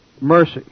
mercy